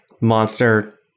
monster